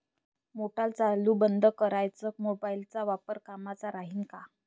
Motor चालू बंद कराच मोबाईलचा वापर कामाचा राहीन का?